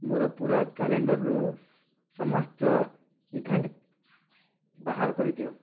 ମୋର ପୂରା କ୍ୟାଲେଣ୍ଡର୍ ରୁ ସମସ୍ତ ଇଭେଣ୍ଟ୍ ବାହାର କରିଦିଅ